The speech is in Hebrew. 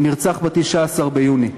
הוא נרצח ב-19 ביוני.